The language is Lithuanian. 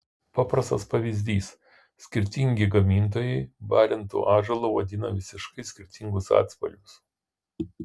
paprastas pavyzdys skirtingi gamintojai balintu ąžuolu vadina visiškai skirtingus atspalvius